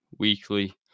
weekly